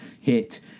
hit